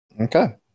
Okay